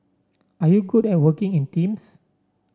are you good at working in teams